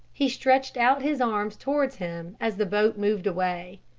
he stretched out his arms towards him as the boat moved away.